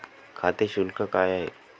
खाते शुल्क काय आहे?